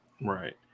right